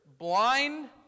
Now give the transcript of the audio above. blind